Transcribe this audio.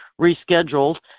rescheduled